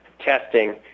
testing